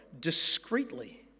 discreetly